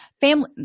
family